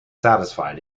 satisfied